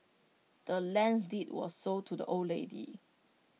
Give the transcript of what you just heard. the land's deed was sold to the old lady